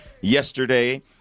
yesterday